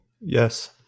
Yes